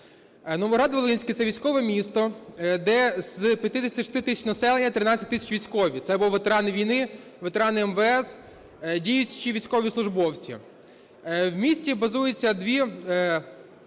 Новоград-Волинський – це військове місто, де з 56 тисяч населення 13 тисяч – військові: це або ветерани війни, ветерани МВС, діючі військовослужбовці. В місті базується дві…